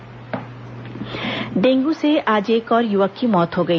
डेंग् मौत डेंगू से आज एक और युवक की मौत हो गई